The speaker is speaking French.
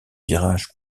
virages